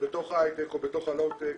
בתוך ההייטק או בתוך ה-low tech,